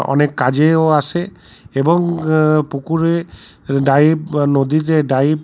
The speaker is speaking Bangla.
অনেক কাজেও আসে এবং পুকুরে ডাইভ বা নদীতে ডাইভ